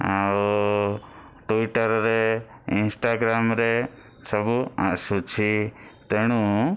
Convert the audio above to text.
ଆଉ ଟୁଇଟର୍ରେ ଇନ୍ଷ୍ଟାଗ୍ରାମ୍ରେ ସବୁ ଆସୁଛି ତେଣୁ